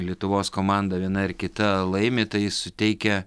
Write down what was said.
lietuvos komanda viena ar kita laimi tai suteikia